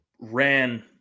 ran